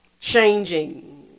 changing